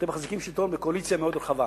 אתם מחזיקים שלטון בקואליציה מאוד רחבה.